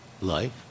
life